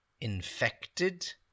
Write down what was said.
infected